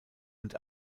und